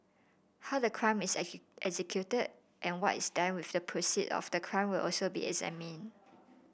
how the crime is executed and what is done with the proceeds of the crime will also be examined